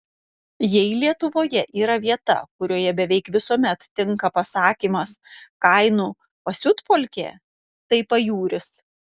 jei lietuvoje yra vieta kurioje beveik visuomet tinka pasakymas kainų pasiutpolkė tai pajūris